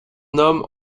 homme